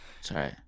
Sorry